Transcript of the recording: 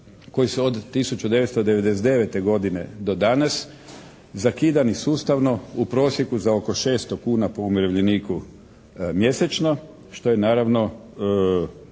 koji su od 199. godine do danas zakidani sustavno u prosjeku za oko 600 kuna po umirovljeniku mjesečno, što je naravno